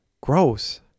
Gross